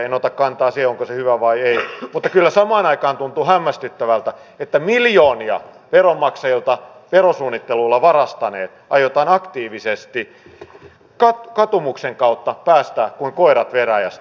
en ota kantaa siihen onko se hyvä vai ei mutta kyllä samaan aikaan tuntuu hämmästyttävältä että miljoonia veronmaksajilta verosuunnittelulla varastaneet aiotaan aktiivisesti katumuksen kautta päästää kuin koirat veräjästä